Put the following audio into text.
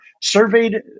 surveyed